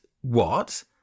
What